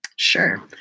Sure